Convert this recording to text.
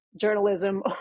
journalism